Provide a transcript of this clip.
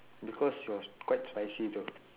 because it was quite spicy though